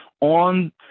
on